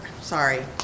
sorry